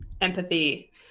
Empathy